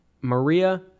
Maria